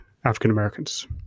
African-Americans